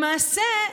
למעשה,